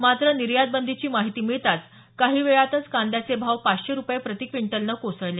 मात्र निर्यात बंदीची माहिती मिळताच काही वेळातच कांद्याचे भाव पाचशे रुपये प्रती क्विंटलन कोसळले